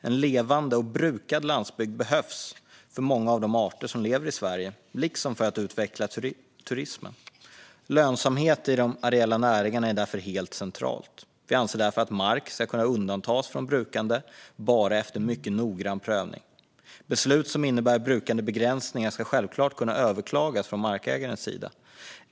En levande och brukad landsbygd behövs för många av de arter som lever i Sverige liksom för att utveckla turismen. Lönsamhet i de areella näringarna är därför helt centralt. Vi anser därför att mark ska kunna undantas från brukande bara efter en mycket noggrann prövning. Beslut som innebär brukandebegränsningar ska självklart kunna överklagas från markägarens sida.